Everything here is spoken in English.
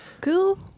Cool